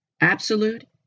absolute